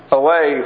away